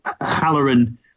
Halloran